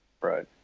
Right